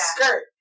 skirt